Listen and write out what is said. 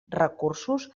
recursos